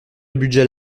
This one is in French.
budgets